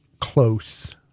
close